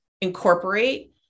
incorporate